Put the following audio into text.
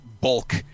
bulk